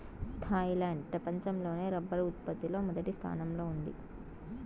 Thailand ప్రపంచం లోనే rubber ఉత్పత్తి లో మొదటి స్థానంలో ఉంది